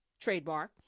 trademark